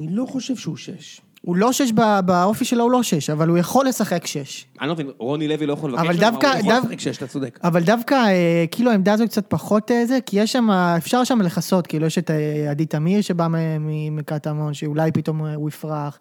אני לא חושב שהוא שש. הוא לא שש, באופי שלו הוא לא שש, אבל הוא יכול לשחק שש. אני לא מבין, רוני לוי לא יכול לבקש שש? אבל הוא יכול לשחק שש, אתה צודק. אבל דווקא, כאילו, העמדה הזו קצת פחות איזה, כי יש שם, אפשר שם לחסות, כאילו, יש את עדי תמיר שבא מקטמון, שאולי פתאום הוא יפרח.